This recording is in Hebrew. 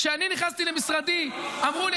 כשאני נכנסתי למשרדי אמרו לי,